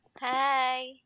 Hi